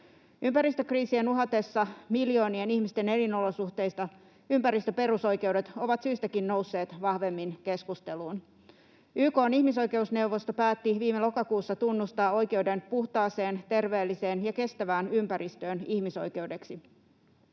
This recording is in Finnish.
Ympäristökriisien uhatessa miljoonien ihmisten elinolosuhteita ympäristöperusoikeudet ovat syystäkin nousseet vahvemmin keskusteluun. YK:n ihmisoikeusneuvosto päätti viime lokakuussa tunnustaa ihmisoikeudeksi oikeuden puhtaaseen, terveelliseen ja kestävään ympäristöön. On tärkeää,